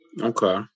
Okay